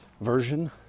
version